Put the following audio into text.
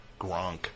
Gronk